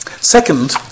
Second